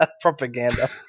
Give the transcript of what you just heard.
propaganda